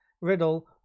riddle